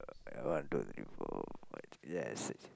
one two three four five six ya six